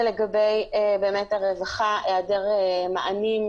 זה באמת לגבי הרווחה - העדר מענים,